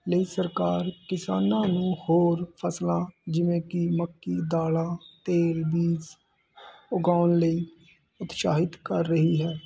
ਲਈ ਸਰਕਾਰ ਕਿਸਾਨਾਂ ਨੂੰ ਹੋਰ ਫ਼ਸਲਾਂ ਜਿਵੇਂ ਕਿ ਮੱਕੀ ਦਾਲਾਂ ਤੇਲ ਬੀਜ ਉਗਾਉਣ ਲਈ ਉਤਸਾਹਿਤ ਕਰ ਰਹੀ ਹੈ